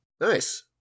Nice